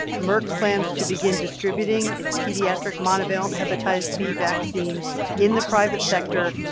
merck plans to begin distributing its pediatric monovalent hepatitis b vaccine in the private sector,